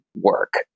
work